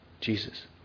Jesus